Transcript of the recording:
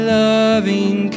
loving